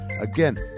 Again